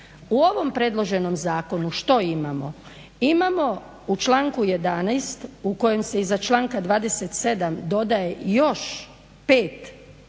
U ovom predloženom zakonu što imamo? Imamo u članku 11. u kojem se iza članka 27. dodaje još 5 novih